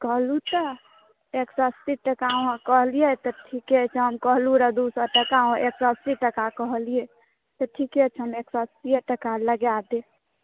कहलहुँ तऽ एक सए अस्सी टका अहाँ कहलियै तऽ ठीके छै हम कहलहुँ रह दू सए टका तऽ एक सए अस्सी टका कहलियै तऽ ठीके छनि एक सए अस्सीये टका लगा देब